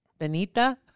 Benita